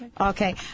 Okay